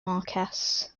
marquess